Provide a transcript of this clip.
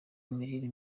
imirire